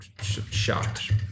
shocked